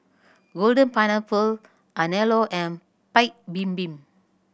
Golden Pineapple Anello and Paik Bibim